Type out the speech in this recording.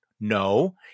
no